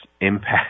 impact